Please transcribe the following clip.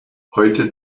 heute